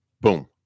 Boom